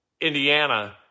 Indiana